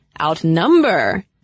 outnumber